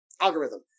algorithm